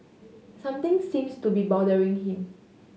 something seems to be bothering him